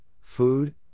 food